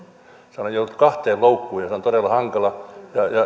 joudut kahteen loukkuun ja se on todella hankalaa ja